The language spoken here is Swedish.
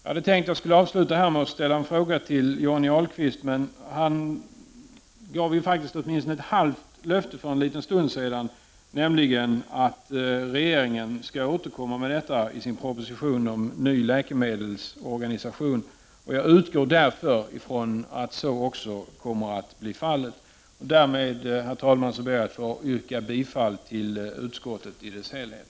Jag hade tänkt avsluta mitt anförande genom att ställa en fråga till Johnny Ahlqvist, men han gav åtminstone ett halvt löfte för en liten stund sedan om att regeringen skall återkomma i denna fråga i sin proposition om ny läkemedelsorganisation, och jag utgår därför från att så också kommer att bli fallet. Därmed ber jag, herr talman, att få yrka bifall till utskottets hemställan i dess helhet.